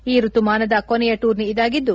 ಈ ಋತುಮಾನದ ಕೊನೆಯ ಟೂರ್ನಿ ಇದಾಗಿದ್ದು